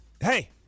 Hey